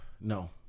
no